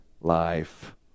life